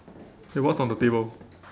okay what's on the table